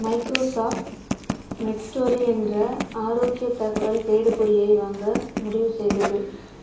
Microsoft Medstory என்ற ஆரோக்கிய தகவல் தேடுபொறியை வாங்க முடிவு செய்தது